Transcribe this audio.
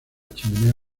chimenea